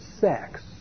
sex